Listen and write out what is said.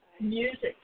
Music